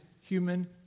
human